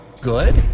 Good